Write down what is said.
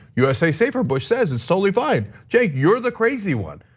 usa safer, bush says. it's totally fine. cenk, you're the crazy one,